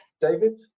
David